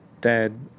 dead